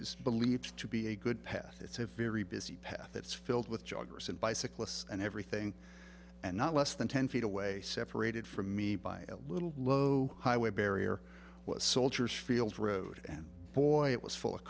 believed to be a good path it's a very busy path it's filled with joggers and bicyclists and everything and not less than ten feet away separated from me by a little low highway barrier with soldiers field road and boy it was full of